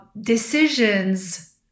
Decisions